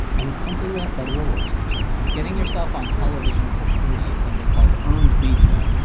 and it's something that beto o'rourke seems to have getting yourself on television for free is something called earned media.